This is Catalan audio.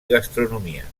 gastronomia